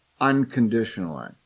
unconditionally